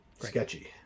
Sketchy